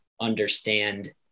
understand